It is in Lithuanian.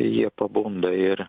jie pabunda ir